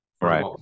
right